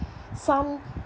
some